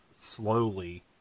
slowly